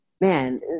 Man